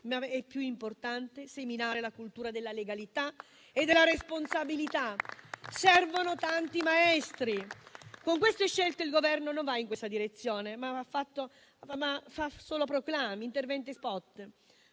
è più importante seminare la cultura della legalità e della responsabilità. Servono tanti maestri. Con queste scelte il Governo non va in questa direzione; fa solo proclami e interventi *spot*.